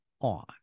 on